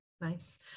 Nice